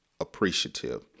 appreciative